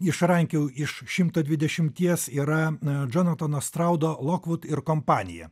išrankiojau iš šimto dvidešimties yra džonatono straudo lokvuda ir kompanija